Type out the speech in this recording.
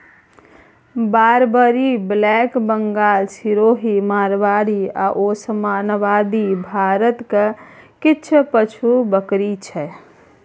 Barbari, black Bengal, Sirohi, Marwari आ ओसमानाबादी भारतक किछ पालतु बकरी छै